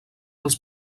els